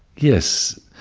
yes.